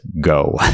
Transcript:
go